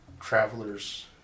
travelers